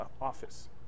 office